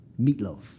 meatloaf